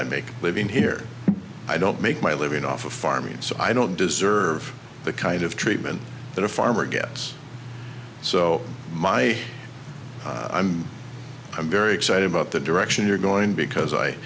i make a living here i don't make my living off of farming so i don't deserve the kind of treatment that a farmer gets so my i'm i'm very excited about the direction you're going because i